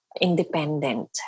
independent